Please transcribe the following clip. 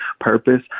purpose